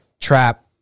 trap